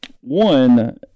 One